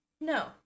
No